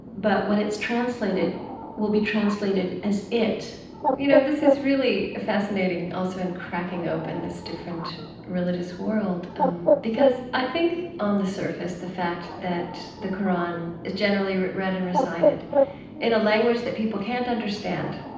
but when it's translated will be translated as it you know, this is really fascinating also in cracking open this different religious world because i think on the surface the fact that the qur'an is generally read and recited in a language that people can't understand,